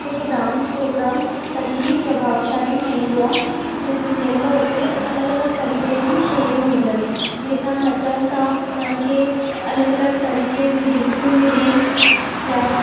जेको dance programme तॾहिं ई प्रभावशाली ठहंदो आहे जॾहिं जंहिंमहिल हुते अलॻि अलॻि तरीक़े जी शयूं हुजनि जंहिंसां नचण सां हुननि खे अलॻि अलॻि तरीक़नि जी गिफ्टू मिलेनि या